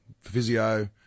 physio